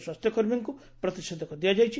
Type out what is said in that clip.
ସ୍ୱାସ୍ଥ୍ୟକର୍ମୀଙ୍କୁ ପ୍ରତିଷେଧକ ଦିଆଯାଇଛି